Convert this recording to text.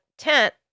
tent